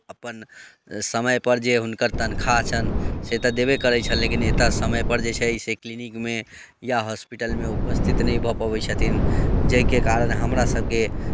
अपन समयपर जे हुनकर तनख्वाह छनि से तऽ देबे करैत छनि लेकिन एतय समयपर जे छै से क्लिनिकमे या हॉस्पिटलमे उपस्थित नहि भऽ पबैत छथिन जाहिके कारण हमरासभके